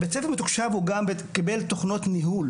בית ספר מתוקשב גם קיבל תוכנות ניהול